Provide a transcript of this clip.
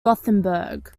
gothenburg